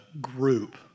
group